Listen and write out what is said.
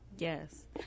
Yes